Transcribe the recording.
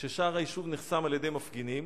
כששער היישוב נחסם על-ידי מפגינים,